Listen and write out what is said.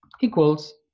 equals